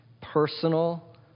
Personal